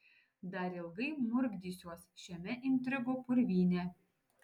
dar ilgai murkdysiuos šiame intrigų purvyne